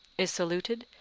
is saluted,